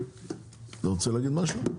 אתה רוצה להגיד משהו?